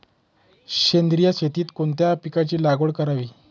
सेंद्रिय शेतीत कोणत्या पिकाची लागवड करावी?